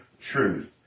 truth